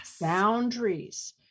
boundaries